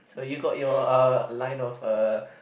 so you got your uh line of uh